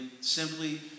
simply